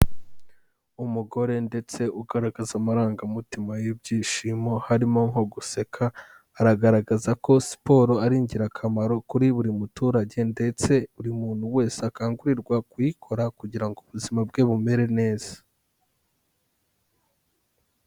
Umugore ndetse ugaragaza amarangamutima y'ibyishimo, harimo nko guseka, aragaragaza ko siporo ari ingirakamaro kuri buri muturage ndetse buri muntu wese akangurirwa kuyikora kugira ngo ubuzima bwe bumere neza.